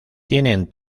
tienen